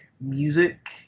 music